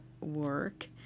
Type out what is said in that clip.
work